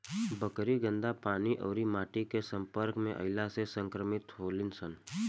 बकरी गन्दा पानी अउरी माटी के सम्पर्क में अईला से संक्रमित होली सन